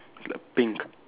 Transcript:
pink